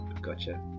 gotcha